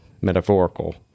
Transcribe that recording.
metaphorical